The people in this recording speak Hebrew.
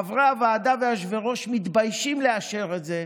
חברי הוועדה ויושבי-הראש מתביישים לאשר את זה,